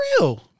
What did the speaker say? real